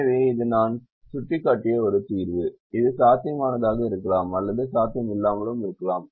எனவே இது நான் சுட்டிக்காட்டிய ஒரு தீர்வு இது சாத்தியமானதாக இருக்கலாம் அல்லது சாத்தியமில்லாமலும் இருக்கலாம்